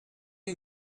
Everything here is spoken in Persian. این